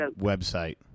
website